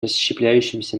расщепляющемся